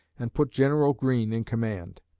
and put general greene in command.